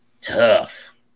tough